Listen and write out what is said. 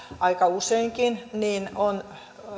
aika useinkin niin on